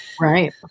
Right